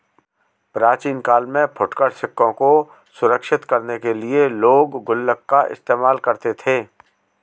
प्राचीन काल में फुटकर सिक्कों को सुरक्षित करने के लिए लोग गुल्लक का इस्तेमाल करते थे